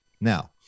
Now